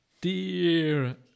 Dear